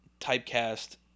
typecast